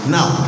Now